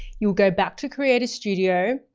you'll go back to creator studio,